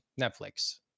Netflix